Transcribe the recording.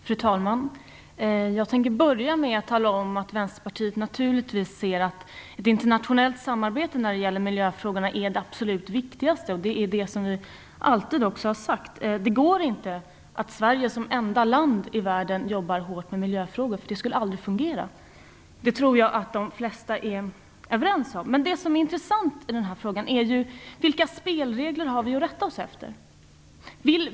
Fru talman! Jag tänker börja med att tala om att Vänsterpartiet naturligtvis ser att ett internationellt samarbete när det gäller miljöfrågorna är det absolut viktigaste. Det är det vi alltid har sagt. Sverige kan inte som enda land i världen jobba hårt med miljöfrågorna. Det skulle aldrig fungera. Det tror jag att de flesta är överens om. Det som är intressant är ju vilka spelregler vi har att rätta oss efter.